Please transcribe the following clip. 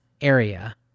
area